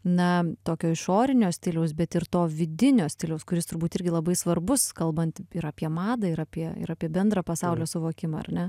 na tokio išorinio stiliaus bet ir to vidinio stiliaus kuris turbūt irgi labai svarbus kalbant apie madą ir apie ir apie bendrą pasaulio suvokimą ar ne